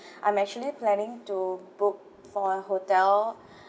I'm actually planning to book for a hotel